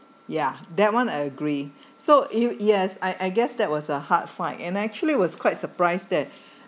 ya that one I agree so yes I I guess that was a hard fight and I actually was quite surprised that